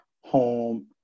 home